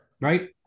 Right